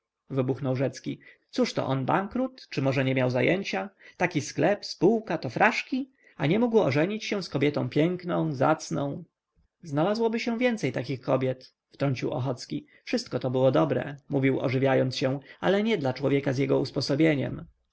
wybuchnął rzecki cóżto on bankrut czy może nie miał zajęcia taki sklep spółka to fraszki a nie mógł ożenić się z kobietą piękną zacną znalazłoby się więcej takich kobiet wtrącił ochocki wszystko to było dobre mówił ożywiając się ale nie dla człowieka z jego usposobieniem